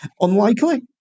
Unlikely